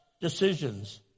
decisions